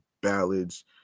ballads